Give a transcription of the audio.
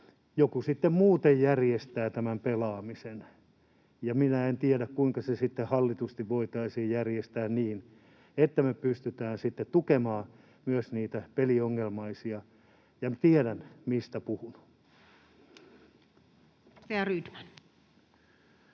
muuten järjestää tämän pelaamisen, ja minä en tiedä, kuinka se hallitusti voitaisiin järjestää niin, että me pystytään sitten myös tukemaan peliongelmaisia. Ja tiedän, mistä puhun. [Speech 41]